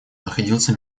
находился